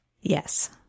Yes